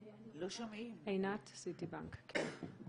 "סיטיבנק".